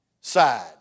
side